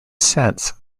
sense